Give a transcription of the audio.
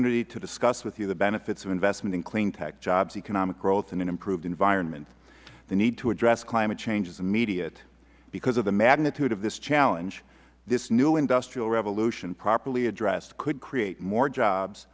opportunity to discuss with you the benefits of investment in clean tech jobs economic growth and an improved environment the need to address climate change is immediate because of the magnitude of this challenge this new industrial revolution properly addressed could create more jobs